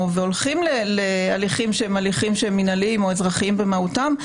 והולכים להליכים מינהליים או אזרחיים במהותם,